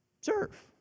serve